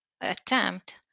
attempt